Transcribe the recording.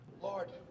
Lord